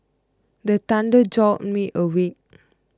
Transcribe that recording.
the thunder jolt me awake